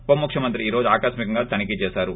ఉప ముఖ్యమంత్రి ఈ రోజు అకస్మికంగా తనిఖీ చేసారు